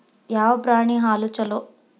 ಯಾವ ಪ್ರಾಣಿ ಹಾಲು ಛಲೋ?